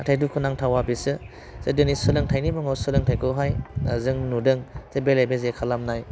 नाथाइ दुखुनांथावआ बेसो दिनै सोलोंथाइनि मुङाव सोलोंथाइखोहाय जों नुदों जे बेले बेजे खालामनाय